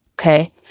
Okay